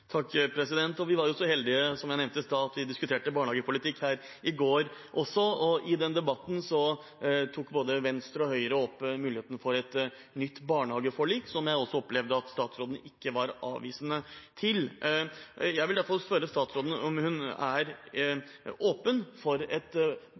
Vi var jo så heldige, som jeg nevnte i stad, at vi diskuterte barnehagepolitikk her i går også, og i den debatten tok både Venstre og Høyre opp mulighetene for et nytt barnehageforlik, som jeg opplevde at statsråden ikke var avvisende til. Jeg vil derfor spørre statsråden om hun er